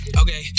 okay